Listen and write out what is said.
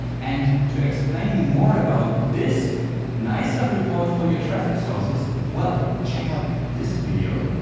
and to explain you more about this nicer report for your traffic sources, well, check out this video.